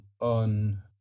on